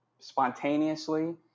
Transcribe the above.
spontaneously